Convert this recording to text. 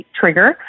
trigger